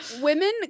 women